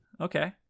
Okay